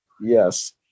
Yes